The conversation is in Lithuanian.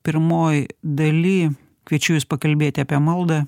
pirmoj daly kviečiu jus pakalbėti apie maldą